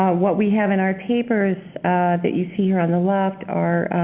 what we have in our papers that you see here on the left are